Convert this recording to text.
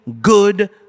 good